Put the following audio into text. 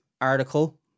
article